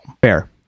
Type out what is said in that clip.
Fair